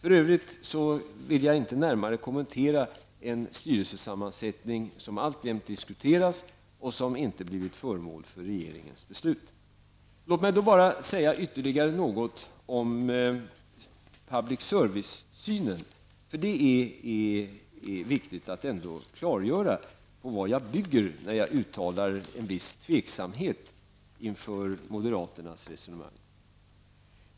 I övrigt vill jag inte närmare kommentera en styrelsesammansättning som alltjämt diskuteras och som inte har blivit föremål för regeringens beslut. Låt mig säga något om public service-synen. Det är ändå viktigt att klargöra vad jag baserar mig på när jag uttalar en viss tveksamhet till moderaternas resonemang.